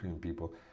people